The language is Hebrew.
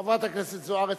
חברת הכנסת זוארץ.